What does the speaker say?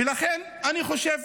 ולכן אני חושב